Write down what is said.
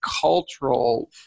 cultural